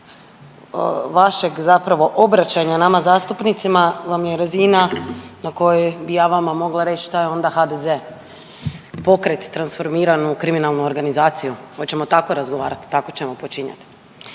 razina vašeg zapravo obraćanja nama zastupnicima vam je razina na kojoj bi ja vama mogla reć šta je onda HDZ, pokret transformiran u kriminalnu organizaciju. Hoćemo tako razgovarat, tako ćemo počinjat?